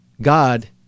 God